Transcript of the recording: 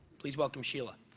please welcome sheila.